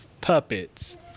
Puppets